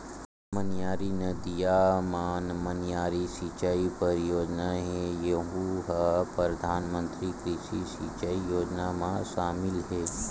मनियारी नदिया म मनियारी सिचई परियोजना हे यहूँ ह परधानमंतरी कृषि सिंचई योजना म सामिल हे